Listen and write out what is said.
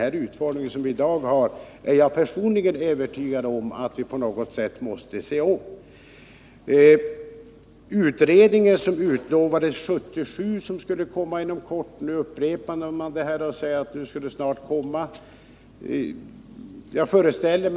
Den utformning som den i dag har är jag personligen övertygad om att vi måste ompröva. 1977 utlovade man att utredningsförslag skulle komma inom kort, och nu upprepar man detta och säger att det snart skall komma utredningsförslag.